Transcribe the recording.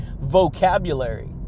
vocabulary